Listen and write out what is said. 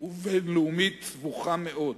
ובין-לאומית סבוכה מאוד,